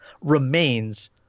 remains